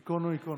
היכונו, היכונו.